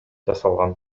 жасалган